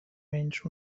menys